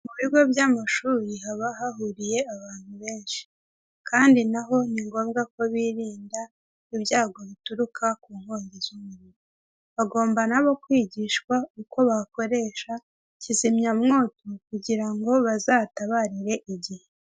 Mu bigo by'amashuri haba hahuriye abantu benshi kandi naho ni ngombwa ko birinda ibyago bituruka ku nkongi z'umuriro bagomba nabo kwigishwa uko bakoresha kizimyamwoto kugira ngo bazatabarire igihe.